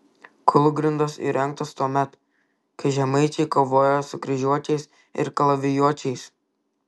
kūlgrindos įrengtos tuomet kai žemaičiai kovojo su kryžiuočiais ir kalavijuočiais